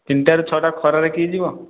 ତିନିଟାରୁ ଛଅଟା ଖରାରେ କିଏ ଯିବ